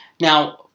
Now